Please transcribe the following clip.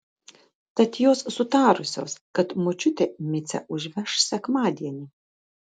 tad jos sutarusios kad močiutė micę užveš sekmadienį